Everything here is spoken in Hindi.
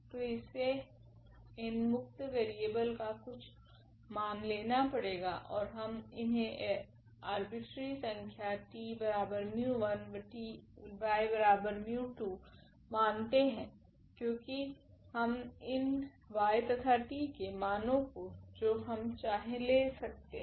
तो हमे इन मुक्त वेरिएबलस का कुछ मान लेना पड़ेगा ओर हम इन्हे आरबिटरेरी संख्या 𝑡 𝜇1 𝑦 𝜇2 मानते है क्योकि हम इन y तथा t के मानो को जो हम चाहे ले सकते है